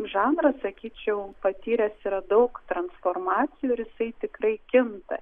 žanras sakyčiau patyręs yra daug transformacijų ir jisai tikrai kinta